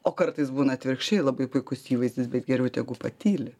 o kartais būna atvirkščiai labai puikus įvaizdis bet geriau tegu patyli